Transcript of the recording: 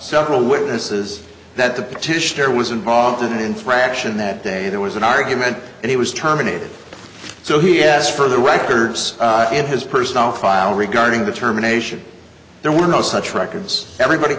several witnesses that the petitioner was involved in an infraction that day there was an argument and he was terminated so he asked for the records in his personnel file regarding determination there were no such records everybody